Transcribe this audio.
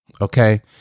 Okay